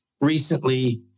recently